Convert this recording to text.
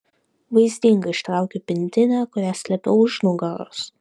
vaizdingai ištraukiu pintinę kurią slėpiau už nugaros